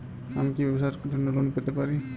আমি কি ব্যবসার জন্য লোন পেতে পারি?